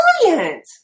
brilliant